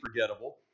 forgettable